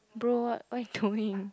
bro what what you doing